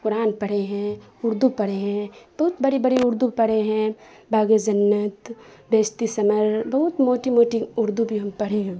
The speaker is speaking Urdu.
قرآن پڑھے ہیں اردو پڑھے ہیں بہت بڑی بڑی اردو پڑھے ہیں باغ جنت بہشتی ثمر بہت موٹی موٹی اردو بھی ہم پڑھے ہیں